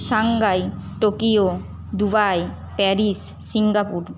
Shanghai Tokyo Dubai Paris Singapore